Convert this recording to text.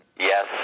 Yes